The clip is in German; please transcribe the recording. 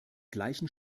gleichen